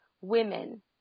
women